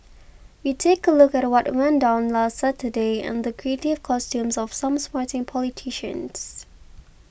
we take a look at what went down last Saturday and the creative costumes of some sporting politicians